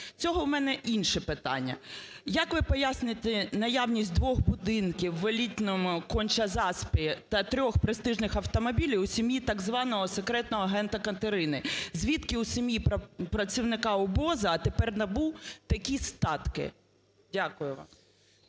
З цього в мене інше питання. Як ви поясните наявність двох будинків в елітному Конча-Заспі та трьох престижних автомобілів у сім'ї так званого секретного агента Катерини? Звідки у сім'ї працівника УБОЗа, а тепер НАБУ такі статки? Дякую вам.